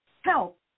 help